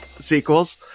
Sequels